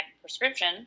prescription